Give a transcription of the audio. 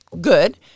good